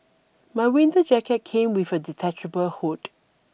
my winter jacket came with a detachable hood